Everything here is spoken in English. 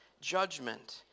judgment